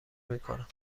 میکنند